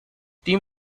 team